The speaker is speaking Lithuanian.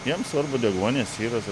jiem svarbu deguonies yra